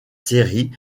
série